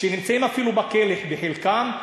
שנמצאים אפילו בכלא בחלקם,